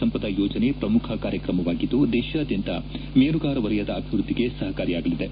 ಸಂಪದ ಯೋಜನೆ ಪ್ರಮುಖ ಕಾರ್ಯಕ್ರಮವಾಗಿದ್ದು ದೇಶಾದ್ಯಂತ ಮೀನುಗಾರ ವಲಯದ ಅಭಿವೃದ್ದಿಗೆ ಸಹಕಾರಿಯಾಗಲಿದೆ